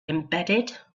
embedded